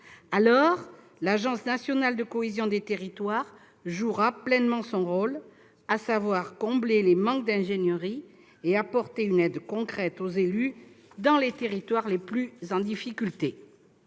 Alors, l'agence nationale de la cohésion des territoires jouera pleinement son rôle, à savoir combler les manques d'ingénierie et apporter une aide concrète aux élus dans les territoires les plus en difficulté.